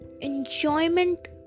enjoyment